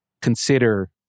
consider